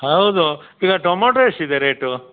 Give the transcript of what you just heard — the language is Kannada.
ಹೌದು ಈಗ ಟೊಮ್ಯಾಟೋ ಎಷ್ಟಿದೆ ರೇಟು